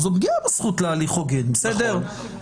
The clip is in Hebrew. זו פגיעה להליך הוגן, בסדר?